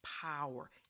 power